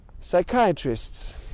Psychiatrists